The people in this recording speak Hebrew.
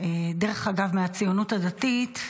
דרך אגב, מהציונות הדתית,